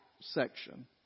section